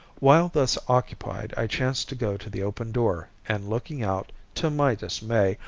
while thus occupied i chanced to go to the open door and looking out, to my dismay,